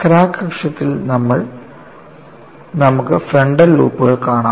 crack അക്ഷത്തിൽ നമുക്ക് frontal ലൂപ്പുകൾ കാണാം